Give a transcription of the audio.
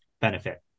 benefit